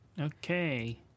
Okay